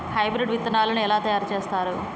Hybrid విత్తనాలను ఎలా తయారు చేస్తారు?